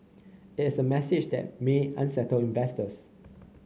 it is a message that may unsettle investors